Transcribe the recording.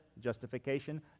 justification